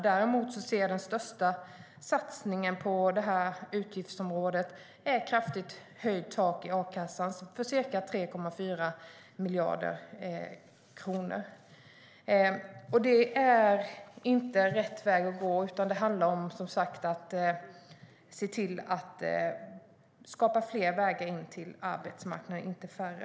Däremot ser jag att den största satsningen på det här utgiftsområdet är en kraftig höjning av taket i a-kassan på ca 3,4 miljarder kronor. Det är inte rätt väg att gå, utan det handlar som sagt om att se till att skapa fler vägar in till arbetsmarknaden och inte färre.